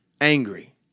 angry